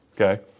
Okay